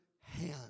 hand